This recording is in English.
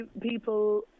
people